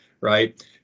right